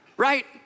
right